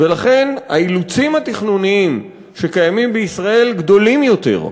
ולכן האילוצים התכנוניים שקיימים בישראל גדולים יותר.